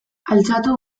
altxatu